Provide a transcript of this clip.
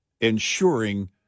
ensuring